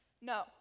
no